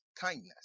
kindness